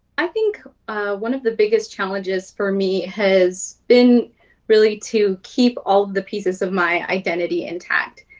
i think one of the biggest challenges for me has been really to keep all of the pieces of my identity intact.